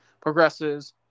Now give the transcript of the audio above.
progresses